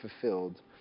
fulfilled